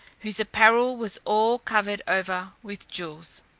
whose apparel was all covered over with jewels.